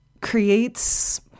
creates